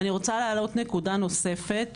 אני רוצה להעלות נקודה נוספת.